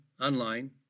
online